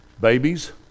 babies